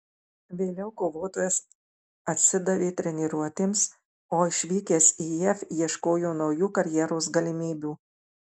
vėliau kovotojas atsidavė treniruotėms o išvykęs į jav ieškojo naujų karjeros galimybių